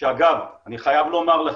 שאגב אני חייב לומר לכם: